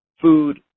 food